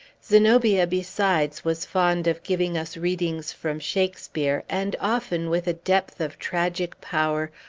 zenobia, besides, was fond of giving us readings from shakespeare, and often with a depth of tragic power,